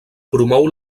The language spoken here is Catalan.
promou